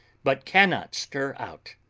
but cannot stir out